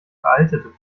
veraltete